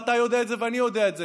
אתה יודע את זה ואני יודע את זה.